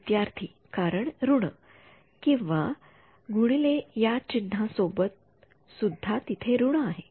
विद्यार्थी कारण ऋण किंवा x च्या चिन्ह सोबत सुद्धा तिथे ऋण आहे